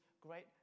great